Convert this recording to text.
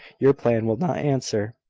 your plan will not answer.